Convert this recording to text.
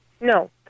no